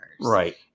Right